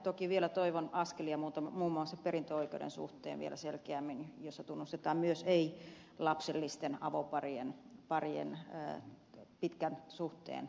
toki vielä toivon muun muassa perintöoikeuden suhteen vielä selkeämmin askelia joissa tunnustetaan myös ei lapsellisten avoparien pitkän suhteen hedelmät